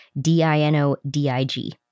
D-I-N-O-D-I-G